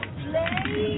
play